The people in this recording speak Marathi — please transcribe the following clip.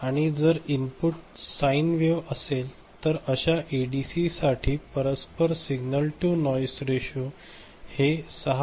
आणि जर इनपुट साइन वेव्ह असेल तर अशा एडीसीसाठी परस्पर सिग्नल टू नॉईस रेशो हे 6